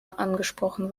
angesprochen